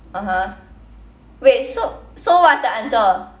(uh huh) wait so so what's the answer